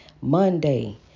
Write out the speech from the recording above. Monday